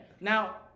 Now